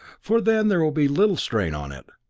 for then there will be little strain on it.